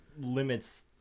limits